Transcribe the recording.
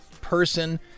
person